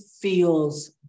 feels